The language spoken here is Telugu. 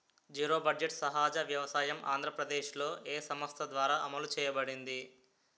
జీరో బడ్జెట్ సహజ వ్యవసాయం ఆంధ్రప్రదేశ్లో, ఏ సంస్థ ద్వారా అమలు చేయబడింది?